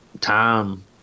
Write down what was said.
time